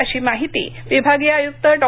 अशी माहिती विभागीय आय्क्त डॉ